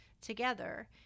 together